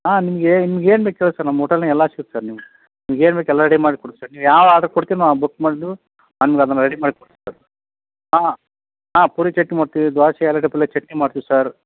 ಹಾಂ ನಿಮಗೆ ನಿಮ್ಗೇನು ಬೇಕು ಹೇಳಿ ಸರ್ ನಮ್ಮ ಹೋಟೆಲ್ನಾಗ ಎಲ್ಲ ಸಿಗುತ್ತೆ ಸರ್ ನಿಮ್ಗೆ ನಿಮ್ಗೇನು ಬೇಕು ಎಲ್ಲ ರೆಡಿ ಮಾಡಿ ಕೊಡತ್ತೆ ಸರ್ ನೀವು ಯಾವಾಗ ಆರ್ಡರ್ ಕೊಡ್ತೀರ ನಾವು ಬುಕ್ ಮಾಡು ರೆಡಿ ಮಾಡಿ ಹಾಂ ಹಾಂ ಪೂರಿ ಚಟ್ನಿ ಮಾಡ್ತೀವಿ ದೋಸೆ ಆಲೂಗೆಡ್ಡೆ ಪಲ್ಯ ಚಟ್ನಿ ಮಾಡ್ತೀವಿ ಸರ್